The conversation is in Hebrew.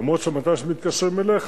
אף שמת"ש מתקשרים אליך,